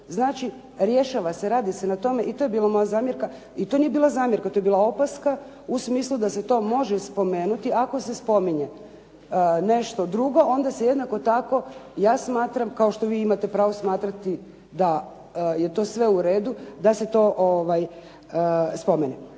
Znači rješava se i radi se na tome. I to je bila moja zamjerka, i to nije bila zamjerka, to je bila opaska u smislu da se to može spomenuti. Ako se spominje nešto drugo, onda se jednako tako ja smatram kao što i vi imate pravo smatrati da je to sve uredu, da se to spomene.